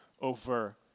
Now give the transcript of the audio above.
over